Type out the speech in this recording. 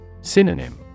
Synonym